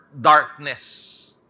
darkness